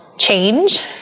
change